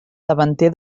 davanter